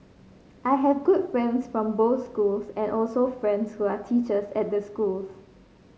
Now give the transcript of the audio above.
I have good friends from both schools and also friends who are teachers at the schools